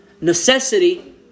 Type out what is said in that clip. necessity